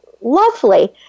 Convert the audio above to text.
lovely